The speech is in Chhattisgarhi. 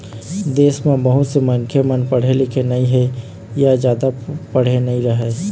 देश म बहुत से मनखे मन पढ़े लिखे नइ हे य जादा पढ़े नइ रहँय